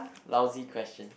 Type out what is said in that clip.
lousy question